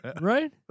Right